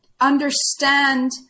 understand